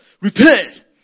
repent